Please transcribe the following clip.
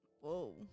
Whoa